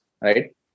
right